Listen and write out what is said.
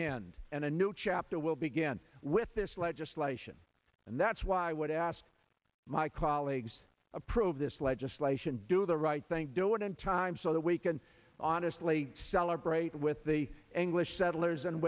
end and a new chapter will begin with this legislation and that's why i would ask my colleagues approve this legislation do the right thing do it in time so that we can honestly celebrate with the english